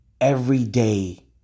everyday